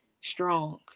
strong